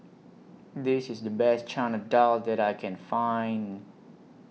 This IS The Best Chana Dal that I Can Find